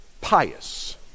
pious